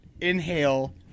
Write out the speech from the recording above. inhale